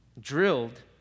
drilled